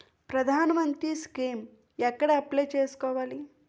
ప్రధాన మంత్రి స్కీమ్స్ ఎక్కడ అప్లయ్ చేసుకోవాలి?